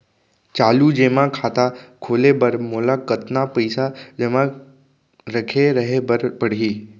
चालू जेमा खाता खोले बर मोला कतना पइसा जेमा रखे रहे बर पड़ही?